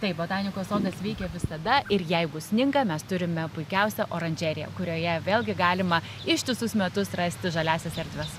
taip botanikos sodas veikia visada ir jeigu sninga mes turime puikiausią oranžeriją kurioje vėlgi galima ištisus metus rasti žaliąsias erdves